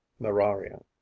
meraria